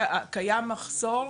קיים מחסור,